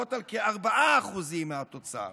עומדות על כ-4% מהתוצר.